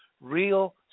real